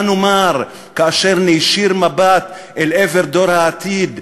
מה נאמר כאשר נישיר מבט אל עבר דור העתיד,